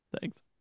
Thanks